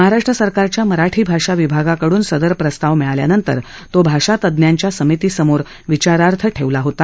महाराष्ट्र सरकारच्या मराठी भाषा विभागाकडून सदर प्रस्ताव मिळाल्यानंतर तो भाषा तज्ञांच्या समितीसमोर विचारार्थ ठेवला होता